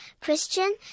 Christian